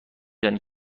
دانی